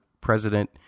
president